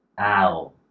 Ow